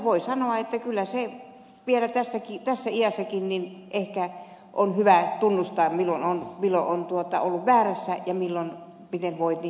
voi sanoa että kyllä se vielä tässäkin iässä ehkä on hyvä tunnustaa milloin on ollut väärässä ja miten voi korjata asiat